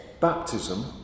Baptism